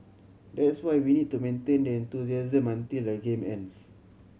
that's why we need to maintain that enthusiasm until the game ends